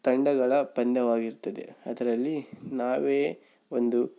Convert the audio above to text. ತಂಡಗಳ ಪಂದ್ಯವಾಗಿರ್ತದೆ ಅದರಲ್ಲಿ ನಾವೇ ಒಂದು